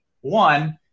One